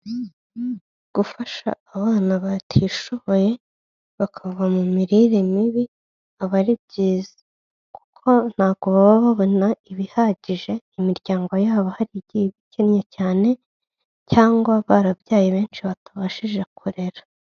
Gufasha abana batishoboye bakava mu mirire mibi, aba ari byiza, kuko ntabwo baba babona ibihagije imiryango yabo hari igihe iba ikennye cyane cyangwa barabyaye benshi batabashije kurera.